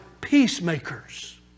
peacemakers